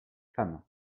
femmes